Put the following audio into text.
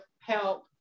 help